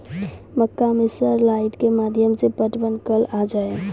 मक्का मैं sir light के माध्यम से पटवन कल आ जाए?